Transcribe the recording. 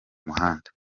muhanda